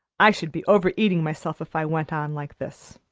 i should be over-eating myself if i went on like this.